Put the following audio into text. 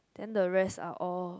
then the rest are all